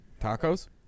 Tacos